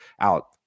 out